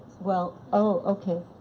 well oh okay,